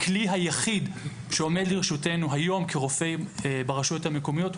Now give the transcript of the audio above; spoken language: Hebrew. הכלי היחיד שעומד לרשותנו היום כרופאים ברשויות המקומיות,